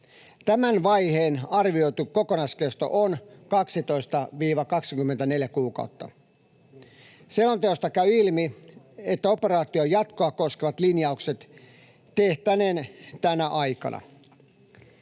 Tämän vaiheen arvioitu kokonaiskesto on 12—24 kuukautta. Selonteosta käy ilmi, että operaation jatkoa koskevat linjaukset tehtäneen tänä aikana.